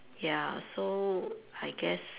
ya so I guess